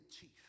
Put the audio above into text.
chief